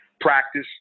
practice